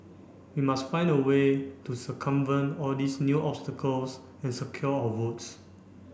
we must find a way to circumvent all these new obstacles and secure our votes